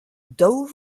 daou